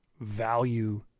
value